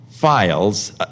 Files